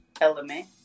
element